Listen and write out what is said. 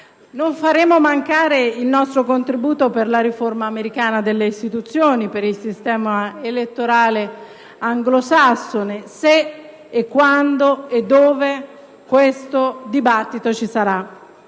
Non faremo mancare il nostro contributo per la riforma americana delle istituzioni, per il sistema elettorale anglosassone se, quando e dove tale dibattito ci sarà.